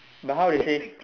but how they say